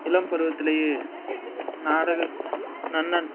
இளம்பருவத்துலேயே நாடக நன்னன்